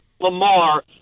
Lamar